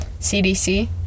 CDC